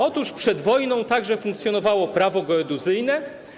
Otóż przed wojną także funkcjonowało prawo geodezyjne.